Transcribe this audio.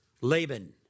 Laban